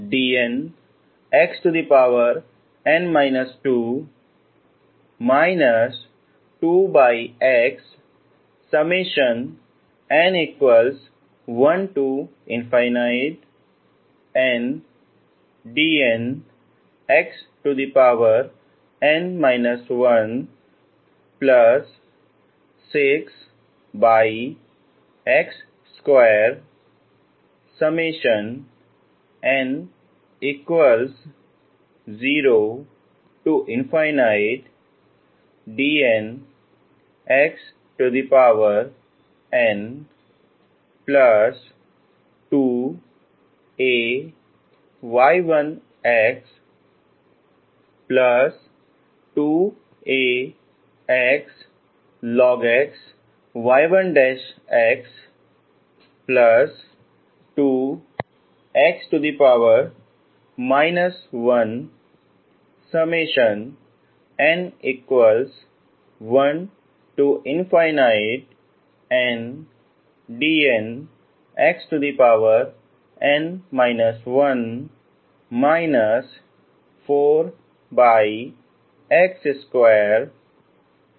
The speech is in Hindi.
एक बार जब आप इस दिए गए समीकरण में y2 y2 y2 को प्रतिस्थापित करते हैं तो यह है जो आपको मिलेगा